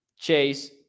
Chase